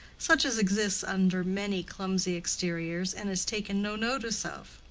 such as exists under many clumsy exteriors and is taken no notice of.